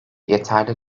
yeterli